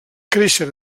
creixen